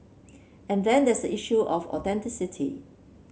and then there is the issue of authenticity